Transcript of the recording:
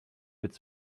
its